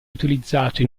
utilizzato